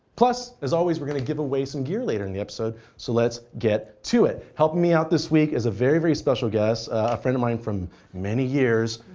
plus, as always, we're going to give away some gear later in the episode. so let's get to it. helping me out this week is a very, very special guest, a friend of mine from many years,